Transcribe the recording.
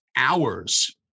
Hours